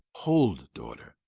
hold, daughter.